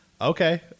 Okay